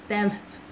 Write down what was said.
them